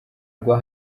agwa